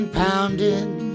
pounding